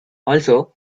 also